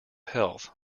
health